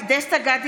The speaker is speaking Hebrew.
דסטה גדי